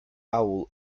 howell